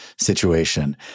situation